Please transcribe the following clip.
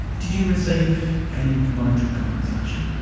did you receive any monetary compensation?